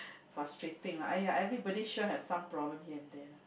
frustrating lah !aiya! everybody sure have some problem here and there lah